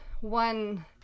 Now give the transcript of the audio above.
one